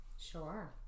sure